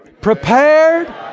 prepared